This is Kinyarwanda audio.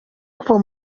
kuva